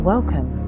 Welcome